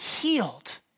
healed